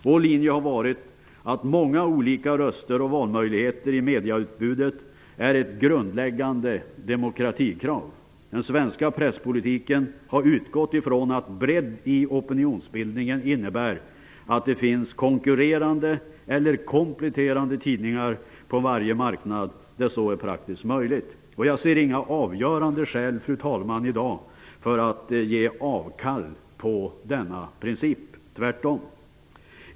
Vår linje har varit att många olika röster och valmöjligheter i medieutbudet är ett grundläggande demokratikrav. Den svenska presspolitiken har utgått ifrån att bredd i opinionsbildningen innebär att det finns konkurrerande eller kompletterande tidningar på varje marknad, där så är praktiskt möjligt. Jag ser i dag inga avgörande skäl för att ge avkall på denna princip, tvärtom.